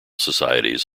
societies